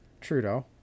Trudeau